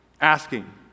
Asking